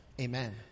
Amen